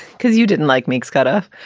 because you didn't like makes guta.